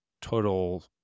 total